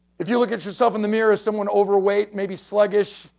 if you look at yourself in the mirror is someone overweight maybe sluggish,